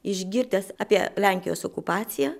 išgirdęs apie lenkijos okupaciją